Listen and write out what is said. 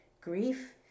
Grief